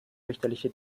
richterliche